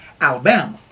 Alabama